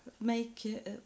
make